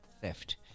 theft